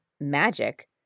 magic